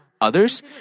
Others